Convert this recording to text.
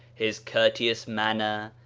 his courteous manner,